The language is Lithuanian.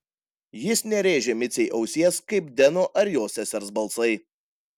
jis nerėžė micei ausies kaip deno ar jo sesers balsai